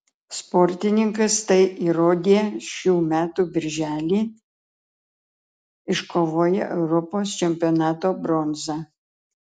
sportininkas tai įrodė šių metų birželį iškovoję europos čempionato bronzą